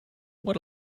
what